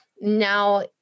now